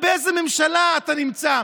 תראה באיזו ממשלה אתה נמצא.